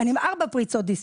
אני עם ארבע פריצות דיסק,